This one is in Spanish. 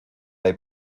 hay